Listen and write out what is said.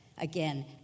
again